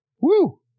Woo